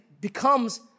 becomes